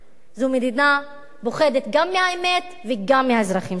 זאת מדינה שפוחדת גם מהאמת וגם מהאזרחים שלה.